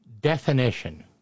definition